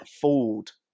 fooled